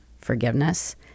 forgiveness